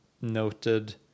Noted